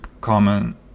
comment